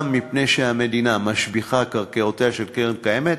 גם מפני שהמדינה משביחה את קרקעותיה של הקרן הקיימת,